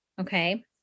okay